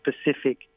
specific